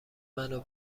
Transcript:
منو